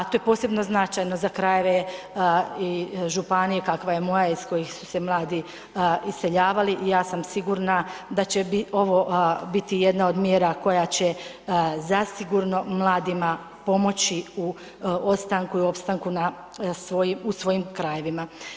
To je posebno značajno za krajeve i županije kakva je moja iz kojih su se mladi iseljavali i ja sam sigurna da će ovo biti jedna od mjera koja će zasigurno mladima pomoći u ostanku i opstanku u svojim krajevima.